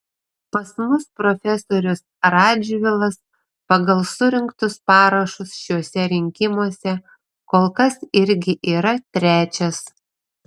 pas mus profesorius radžvilas pagal surinktus parašus šiuose rinkimuose kol kas irgi yra trečias